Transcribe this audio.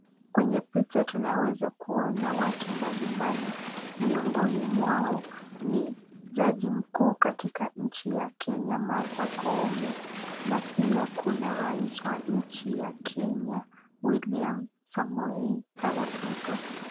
Kwenye picha tunaweza kuona watu mbalimbali, miongoni mwao ni jaji mkuu katika nchi ya Kenya Martha Koome , na pia kuna rais wa nchi ya Kenya William Samoei Aral Ruto.